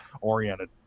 oriented